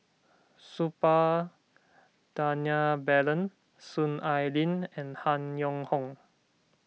Suppiah Dhanabalan Soon Ai Ling and Han Yong Hong